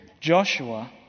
Joshua